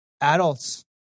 adults